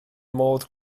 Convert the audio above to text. modd